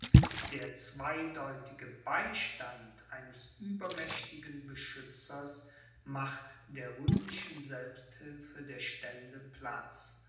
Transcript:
der zweideutige beistand eines übermächtigen beschützers macht der rühmlichen selbsthilfe der stände platz